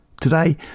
Today